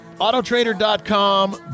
Autotrader.com